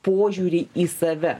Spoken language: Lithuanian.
požiūrį į save